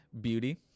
beauty